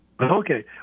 Okay